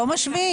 לא משווים.